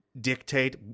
dictate